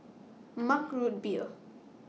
Mug Root Beer